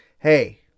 Hey